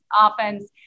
offense